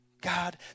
God